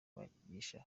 banyigisha